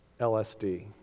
LSD